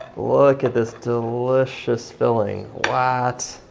look at this delicious filling, what?